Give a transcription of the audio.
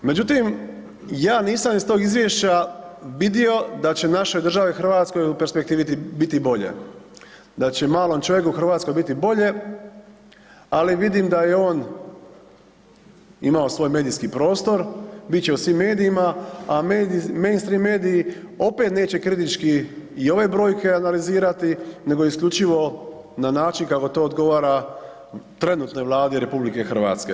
Međutim, ja nisam iz toga izvješća vidio da će našoj državi hrvatskoj u perspektivi biti bolje, da će malom čovjeku u RH biti bolje, ali vidim da je on imao svoj medijski prostor, bit će u svim medijima, a mainstream mediji opet neće kritički i ove brojke analizirati, nego isključivo na način kako to odgovara trenutnoj Vladi RH.